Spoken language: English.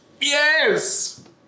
Yes